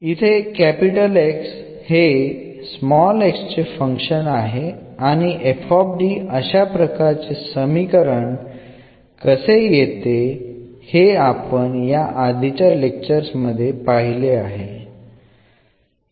എന്നത് ന്റെ ഒരു ഫംഗ്ഷനാണ് ഇവിടെ എഴുതപ്പെട്ടിട്ടുള്ള എന്നതിനെക്കുറിച്ച് മുമ്പത്തെ ലക്ച്ചറിൽ നമ്മൾ ചർച്ചചെയ്തിട്ടുണ്ട്